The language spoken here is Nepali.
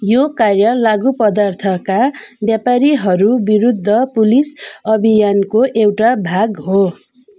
यो कार्य लागु पदार्थका व्यापारीहरू विरुद्ध पुलिस अभियानको एउटा भाग हो